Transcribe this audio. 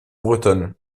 bretonne